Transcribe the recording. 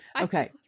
Okay